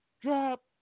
drop